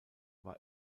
war